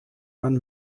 man